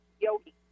yogi